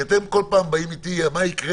אתם כל פעם באים אלי עם שאלה מה יקרה